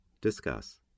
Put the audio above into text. Discuss